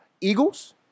Eagles